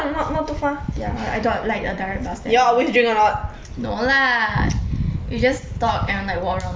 yeah I got like a direct bus there you no lah we just talk and then like walk around the park